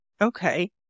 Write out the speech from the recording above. Okay